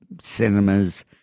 Cinemas